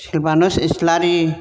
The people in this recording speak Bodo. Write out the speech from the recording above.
सेबानुस इस्लारि